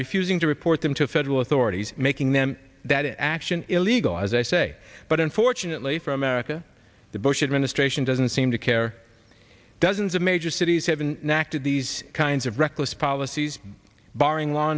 refusing to report them to federal authorities making them that action illegal as i say but unfortunately for america the bush administration doesn't seem to care dozens of major cities have been inactive these kinds of reckless policies barring law